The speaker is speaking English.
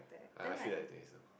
I I feel like this